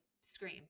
scream